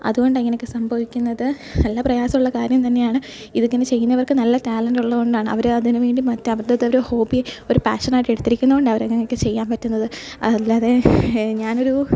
അത് കൊണ്ടാണ് ഇങ്ങനെയൊക്കെ സംഭവിക്കുന്നത് നല്ല പ്രയാസമുള്ള കാര്യം തന്നെയാണ് ഇതക്കെ ഇങ്ങനെ ചെയ്യുന്നവർക്ക് നല്ല ടാലെൻറ്റോള്ളത് കൊണ്ടാണ് അവർ അതിന് വേണ്ടി മറ്റവരുടേതൊരു ഹോബി ഒരു പാഷനായിട്ടെടുത്തിരിക്കുന്നത് കൊണ്ടാണ് അവരങ്ങനെയൊക്കെ ചെയ്യാൻ പറ്റുന്നത് അല്ലാതെ ഞാനൊരു